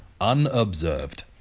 unobserved